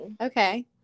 okay